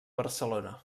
barcelona